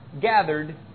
gathered